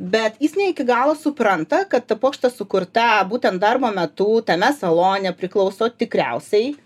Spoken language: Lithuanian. bet jis ne iki galo supranta kad ta puokštė sukurta būtent darbo metu tame salone priklauso tikriausiai